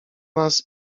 nas